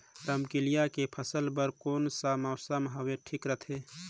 रमकेलिया के फसल बार कोन सा मौसम हवे ठीक रथे?